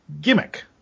gimmick